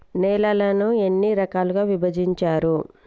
నేలలను ఎన్ని రకాలుగా విభజించారు?